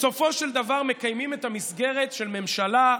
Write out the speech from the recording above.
ובסופו של דבר מקיימים את המסגרת של ממשלה,